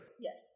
Yes